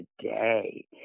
today